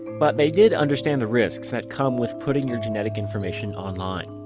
but they did understand the risks that come with putting your genetic information online.